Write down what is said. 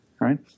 right